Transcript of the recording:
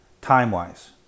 time-wise